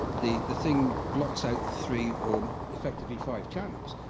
the the thing blocks out three or effectively five channels.